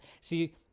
See